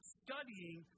studying